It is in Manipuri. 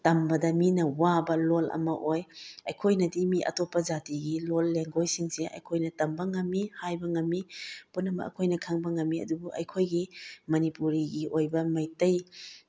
ꯇꯝꯕꯗ ꯃꯤꯅ ꯋꯥꯕ ꯂꯣꯜ ꯑꯃ ꯑꯣꯏ ꯑꯩꯈꯣꯏꯅꯗꯤ ꯃꯤ ꯑꯇꯣꯞꯄ ꯖꯥꯇꯤꯒꯤ ꯂꯦꯜ ꯒꯦꯡꯒ꯭ꯋꯣꯏꯁꯁꯤꯡꯁꯤ ꯑꯩꯈꯣꯏꯅ ꯇꯝꯕ ꯉꯝꯃꯤ ꯍꯥꯏꯕ ꯉꯝꯃꯤ ꯄꯨꯝꯅꯃꯛ ꯑꯩꯈꯣꯏꯅ ꯈꯪꯕ ꯉꯝꯃꯤ ꯑꯗꯨꯕꯨ ꯑꯩꯈꯣꯏꯒꯤ ꯃꯅꯤꯄꯨꯔꯒꯤ ꯑꯣꯏꯕ ꯃꯩꯇꯩꯒꯤ